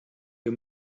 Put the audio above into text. wir